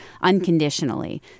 unconditionally